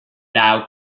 lao